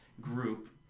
group